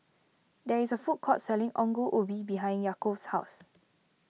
there is a food court selling Ongol Ubi behind Yaakov's house